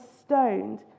stoned